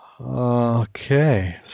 Okay